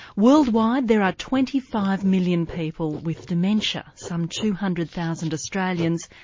worldwide there are twenty five million people with dementia, some two hundred thousand australians,